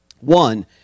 One